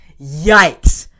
Yikes